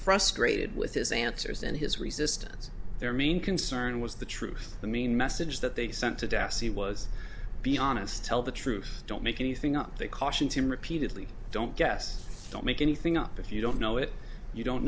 frustrated with his answers and his resistance their main concern was the truth the main message that they sent to dessie was be honest tell the truth don't make anything up they cautioned him repeatedly don't guess don't make anything up if you don't know it you don't